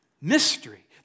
mystery